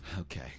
Okay